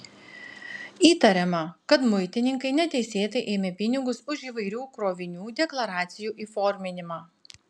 įtariama kad muitininkai neteisėtai ėmė pinigus už įvairių krovinių deklaracijų įforminimą